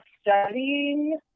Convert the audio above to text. studying